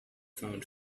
found